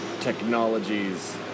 technologies